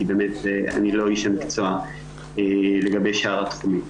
באמת אני לא איש המקצוע לגבי שאר התחומים.